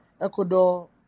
Ecuador